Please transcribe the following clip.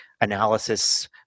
analysis